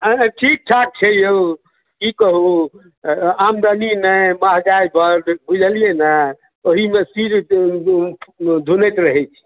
अँ ठीक ठाक छै यौ की कहू आमदनी नहि महँगाइ बड बुझलियै ने ओहिमे सिर धुनैत रहैत छी